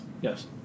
Yes